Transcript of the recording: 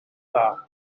dda